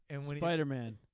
Spider-Man